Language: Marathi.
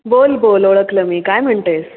बोल बोल ओळखलं मी काय म्हणते आहेस